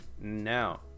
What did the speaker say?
Now